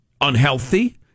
unhealthy